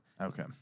Okay